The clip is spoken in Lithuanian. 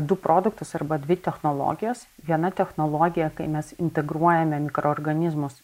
du produktus arba dvi technologijas viena technologija kai mes integruojame mikroorganizmus